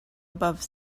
above